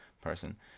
person